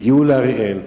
הגיעה לאריאל,